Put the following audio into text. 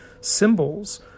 symbols